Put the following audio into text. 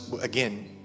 again